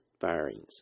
firings